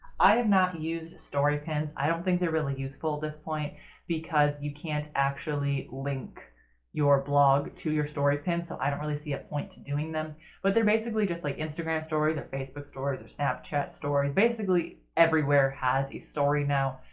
i have not used story pins, i don't think they're really useful at this point because you can't actually link your blog to your story pin so i don't really see a point to doing them but they're basically just like instagram stories, or facebook stories, or snapchat stories. basically everywhere has a story now.